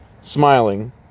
smiling